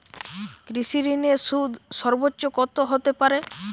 কৃষিঋণের সুদ সর্বোচ্চ কত হতে পারে?